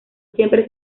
siempre